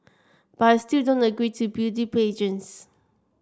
but I still don't agree to beauty pageants